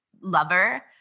lover